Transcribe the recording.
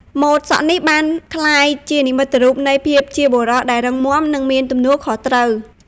ម៉ូតសក់នេះបានក្លាយជានិមិត្តរូបនៃភាពជាបុរសដែលរឹងមាំ និងមានទំនួលខុសត្រូវ។